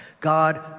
God